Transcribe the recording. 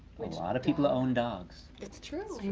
a lot of people own dogs. it's true.